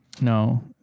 No